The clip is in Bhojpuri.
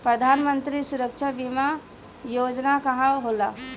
प्रधानमंत्री सुरक्षा बीमा योजना का होला?